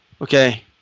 okay